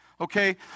Okay